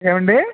ఏవండీ